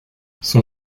son